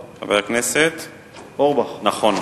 נכון.